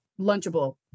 lunchable